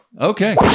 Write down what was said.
Okay